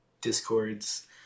discords